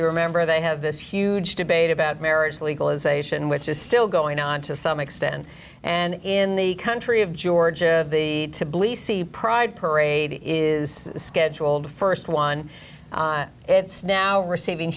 you remember they have this huge debate about marriage legalization which is still going on to some extent and in the country of georgia the tbilisi pride parade is scheduled st one it's now receiving